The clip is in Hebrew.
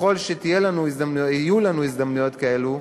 ככל שיהיו לנו הזדמנויות כאלה,